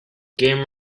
game